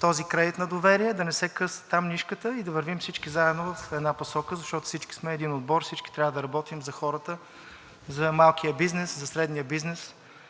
този кредит на доверие, да не се къса там нишката и да вървим всички заедно в една посока, защото всички сме един отбор, всички трябва да работим за хората, за малкия бизнес, за средния бизнес,